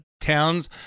towns